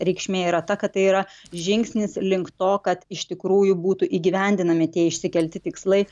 reikšmė yra ta kad tai yra žingsnis link to kad iš tikrųjų būtų įgyvendinami tie išsikelti tikslai